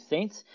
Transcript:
Saints